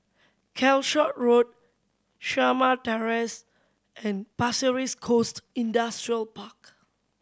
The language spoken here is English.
Calshot Road Shamah Terrace and Pasir Ris Coast Industrial Park